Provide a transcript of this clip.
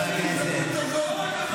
זה כלול בהצעת החוק.